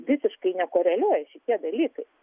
visiškai nekoreliuoja šitie dalykai